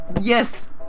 Yes